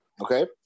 Okay